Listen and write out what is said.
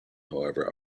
however